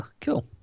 cool